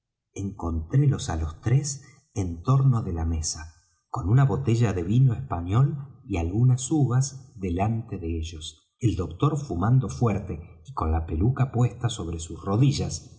salón encontrélos á todos tres en torno de la mesa con una botella de vino español y algunas uvas delante de ellos el doctor fumando fuerte y con la peluca puesta sobre sus rodillas